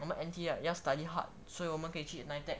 我们 N_T right 要 study hard 所以我们可以去 NITEC